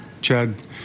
Chad